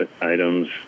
items